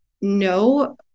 No